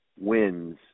wins